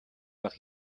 бага